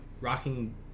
rocking